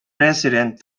president